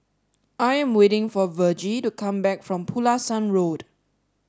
I am waiting for Vergie to come back from Pulasan Road